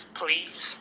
please